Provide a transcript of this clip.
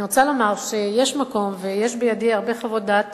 אני רוצה לומר שיש מקום, ויש בידי הרבה חוות דעת